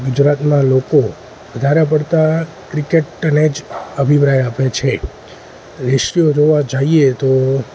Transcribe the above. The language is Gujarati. ગુજરાતના લોકો વધારે પડતા ક્રિકેટને જ અભિપ્રાય આપે છે રેશિયો જોવા જાઈએ તો